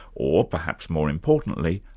or perhaps more importantly,